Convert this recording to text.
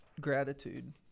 gratitude